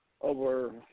over